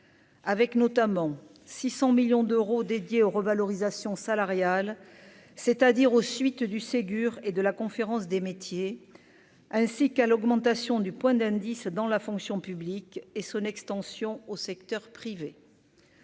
Avec notamment 600 millions d'euros dédiée aux revalorisations salariales, c'est-à-dire aux suites du Ségur et de la conférence des métiers, ainsi qu'à l'augmentation du point d'indice dans la fonction publique et son extension au secteur privé.